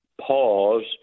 pause